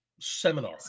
seminar